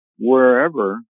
wherever